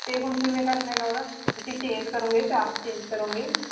ਤੇ ਹੁਣ ਕਿਵੇਂ ਕਰਨਾ ਉਹਦਾ ਤੁਸੀਂ ਚੇਂਜ ਕਰੋਗੇ ਚਾਰਜਰ ਚੇਂਜ ਕਰੋਗੇ